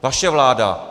Vaše vláda!